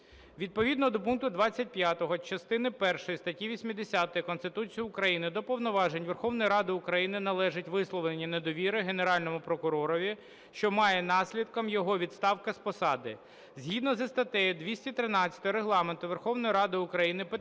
Відповідно до пункту 25 частини 1 статті 80 Конституції України до повноважень Верховної Ради України належить висловлення недовіри Генеральному прокуророві, що має наслідком його відставку з посади. Згідно зі статтею 213 Регламенту Верховної Ради України